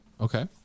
Okay